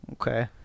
Okay